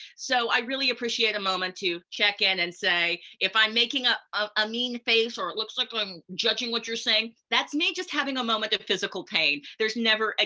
so i really appreciate a moment to check-in and say, if i'm making up a mean face or it looks like i'm judging what you're saying, that's me just having a moment of physical pain, there's never. ah